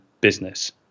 business